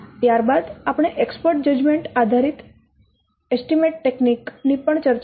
ત્યાર બાદ આપણે એક્સપર્ટ જજમેન્ટ આધારિત એસ્ટીમેટ તકનીકો ની પણ ચર્ચા કરી